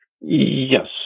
Yes